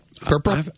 Purple